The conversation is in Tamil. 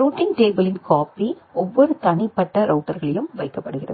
ரூட்டிங் டேபிளின் காப்பி ஒவ்வொரு தனிப்பட்ட ரவுட்டர்களிலும் வைக்கப்படுகிறது